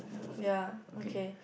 ya okay